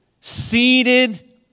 seated